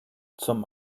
zum